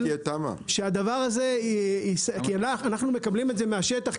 אנחנו מקבלים את זה מהשטח,